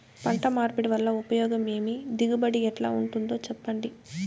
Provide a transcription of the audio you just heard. పంట మార్పిడి వల్ల ఉపయోగం ఏమి దిగుబడి ఎట్లా ఉంటుందో చెప్పండి?